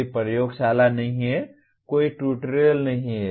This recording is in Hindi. कोई प्रयोगशाला नहीं है कोई ट्यूटोरियल नहीं है